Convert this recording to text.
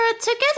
together